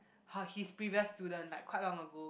her his previous student like quite long ago